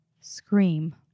scream